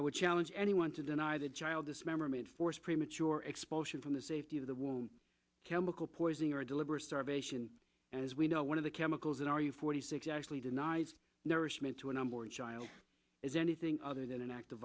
would challenge anyone to deny that child dismemberment forced premature expulsion from the safety of the womb chemical poisoning or deliberate starvation as we know one of the chemicals in our you forty six actually denies nourishment to an unborn child is anything other than an act of